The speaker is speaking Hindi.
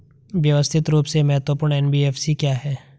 व्यवस्थित रूप से महत्वपूर्ण एन.बी.एफ.सी क्या हैं?